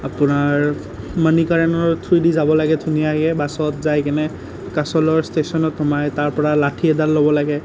আপোনাৰ মানি কাৰেণৰ থ্ৰুৰেদি যাব লাগে ধুনীয়াকৈ বাছত যায় কিনে কাচলৰ ষ্টেচনত সোমাই তাৰ পৰা লাঠী এডাল ল'ব লাগে